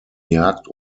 jagd